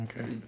Okay